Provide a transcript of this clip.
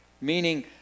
Meaning